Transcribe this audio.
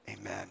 Amen